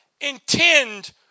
intend